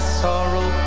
sorrow